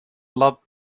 loved